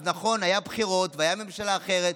אז נכון, היו בחירות, והייתה ממשלה אחרת,